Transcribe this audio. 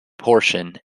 portion